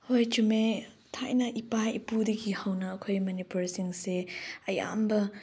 ꯍꯣꯏ ꯆꯨꯝꯃꯦ ꯊꯥꯏꯅ ꯏꯄꯥ ꯏꯄꯨꯗꯒꯤ ꯍꯧꯅ ꯑꯩꯈꯣꯏ ꯃꯅꯤꯄꯨꯔꯤꯁꯤꯡꯁꯦ ꯑꯌꯥꯝꯕ